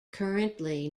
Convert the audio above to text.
currently